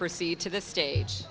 proceed to the stage